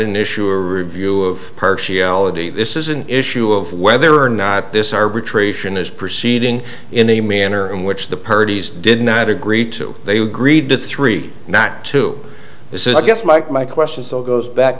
an issue a review of partiality this is an issue of whether or not this arbitration is proceeding in a manner in which the parties did not agree to they agreed to three not two this is i guess mike my questions though goes back